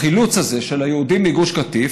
החילוץ הזה של היהודים מגוש קטיף,